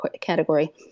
category